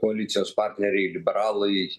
koalicijos partneriai liberalai